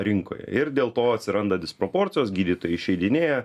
rinkoje ir dėl to atsiranda disproporcijos gydytojai išeidinėja